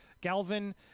galvin